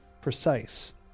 precise